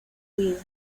vida